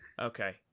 Okay